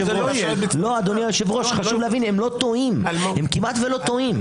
הם כמעט לא טועים.